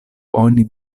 oni